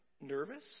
nervous